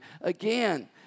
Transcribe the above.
again